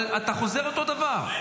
אבל אתה חוזר על אותו דבר.